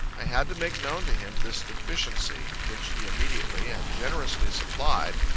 i had to make known to him this deficiency, which he immediately and generously supplied,